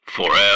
Forever